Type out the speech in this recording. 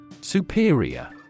superior